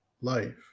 life